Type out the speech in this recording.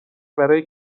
برای